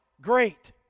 great